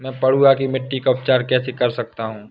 मैं पडुआ की मिट्टी का उपचार कैसे कर सकता हूँ?